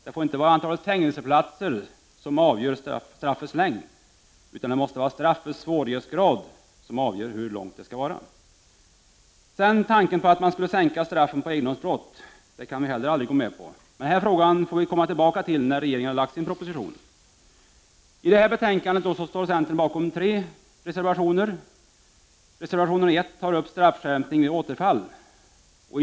Det får inte vara antalet fängelseplatser som avgör straffets längd, utan det måste vara brottets svårighetsgrad som avgör hur långt straffet blir. Tanken att man skulle sänka straffen för egendomsbrott kan vi aldrig gå med på. Denna fråga får vi dock återkomma till när regeringen har lagt fram sin proposition. Centern står bakom tre reservationer i detta betänkande. I reservation 1 tas straffskärpning vid återfall upp.